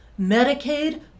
Medicaid